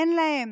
אין להם